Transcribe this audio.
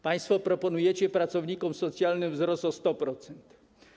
Państwo proponujecie pracownikom socjalnym wzrost o 100%.